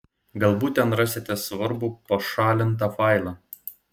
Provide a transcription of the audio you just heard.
galbūt ten rasite svarbų pašalintą failą